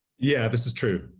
yeah, this is true.